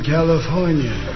California